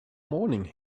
morning